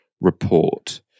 report